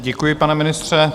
Děkuji, pane ministře.